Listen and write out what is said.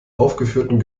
aufgeführten